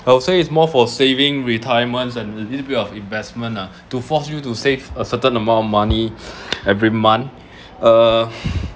I would say it's more for saving retirement and little bit of investment ah to force you to save a certain amount of money every month uh